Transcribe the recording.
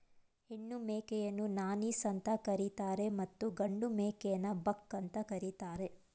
ಹೆಣ್ಣು ಮೇಕೆಯನ್ನು ನಾನೀಸ್ ಅಂತ ಕರಿತರೆ ಮತ್ತು ಗಂಡು ಮೇಕೆನ ಬಕ್ ಅಂತ ಕರಿತಾರೆ